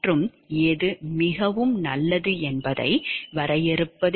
மற்றும் எது மிகவும் நல்லது என்பதை வரையறுப்பது